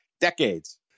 decades